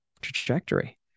trajectory